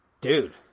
dude